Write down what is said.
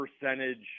percentage